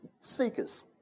seekers